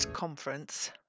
Conference